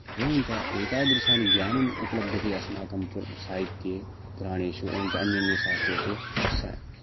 एवं च एतादृशानि ज्ञानम् उपलभ्यते अस्माकं पु साहित्ये पुराणेषु एवं च अन्यन्ये शास्त्रेषु सा